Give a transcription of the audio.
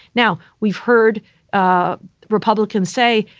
now, we've heard ah republicans say,